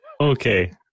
okay